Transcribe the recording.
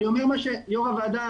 יו"ר הוועדה,